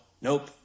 nope